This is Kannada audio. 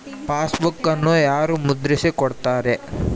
ಪಾಸ್ಬುಕನ್ನು ಯಾರು ಮುದ್ರಿಸಿ ಕೊಡುತ್ತಾರೆ?